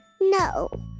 No